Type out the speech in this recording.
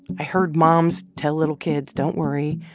i heard moms tell little kids, don't worry.